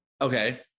Okay